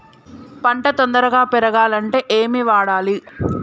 పంట తొందరగా పెరగాలంటే ఏమి వాడాలి?